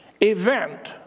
event